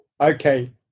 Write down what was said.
okay